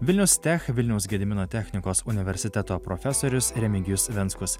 vilniaus tech vilniaus gedimino technikos universiteto profesorius remigijus venckus